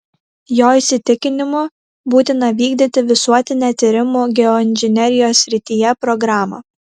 jo įsitikinimu būtina vykdyti visuotinę tyrimų geoinžinerijos srityje programą